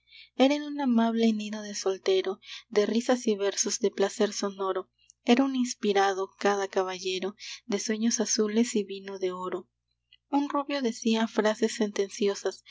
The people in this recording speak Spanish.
en un amable nido de soltero de risas y versos de placer sonoro era un inspirado cada caballero de sueños azules y vino de oro un rubio decía frases sentenciosas